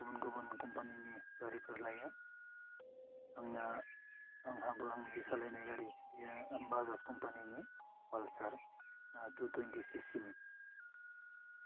गुबुन गुबुन कम्पानिनि गारिफोर लायो आंनिया आंहाबो आं जि सालायनाय गारि बियो बाजास कम्पानिनि पालसार आह टु टुन्टी सिसिनि